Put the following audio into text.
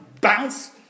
bounce